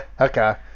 Okay